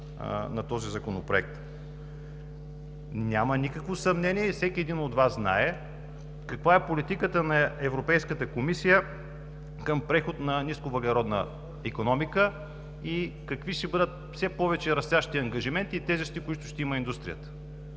на този законопроект. Няма никакво съмнение и всеки един от Вас знае каква е политиката на Европейската комисия към преход на нисковъглеродна икономика и какви ще бъдат все повече растящите ангажименти и тежести, които ще има индустрията.